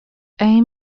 aim